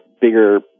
bigger